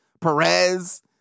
Perez